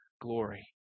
glory